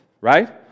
right